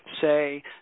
say